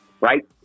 right